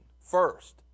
first